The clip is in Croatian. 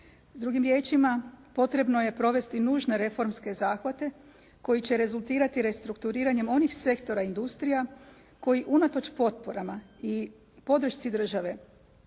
Drugim riječima, potrebno je provesti nužne reformske zahvate koji će rezultirati restrukturiranjem onih sektora industrija, koji unatoč potporama i podršci države